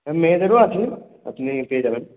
মেয়েদেরও আছে আপনি পেয়ে যাবেন